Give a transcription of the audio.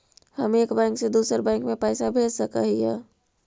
हम एक बैंक से दुसर बैंक में पैसा भेज सक हिय?